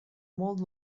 molt